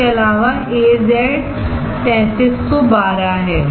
इसके अलावा AZ 3312 है